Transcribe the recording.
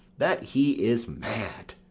that he is mad,